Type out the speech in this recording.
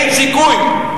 אין סיכוי.